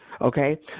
okay